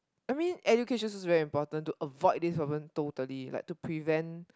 I mean education is very important to avoid this problem totally like to prevent